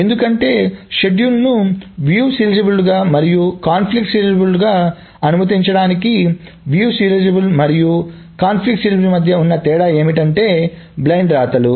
ఎందుకంటే షెడ్యూల్లను వీక్షణ సీరియలైజబుల్గా మరియు కాన్ఫ్లిక్ట్ సీరియలైజబుల్గా అనుమతించటానికి వీక్షణ సీరియలైజబుల్ మరియు కాన్ఫ్లిక్ట్ సీరియలైజబుల్ మధ్య ఉన్న తేడా ఏమిటంటే బ్లైండ్ రాతలు